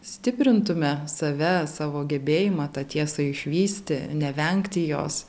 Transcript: stiprintume save savo gebėjimą tą tiesą išvysti nevengti jos